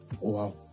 Wow